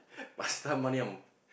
pasta manium